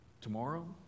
tomorrow